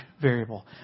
variable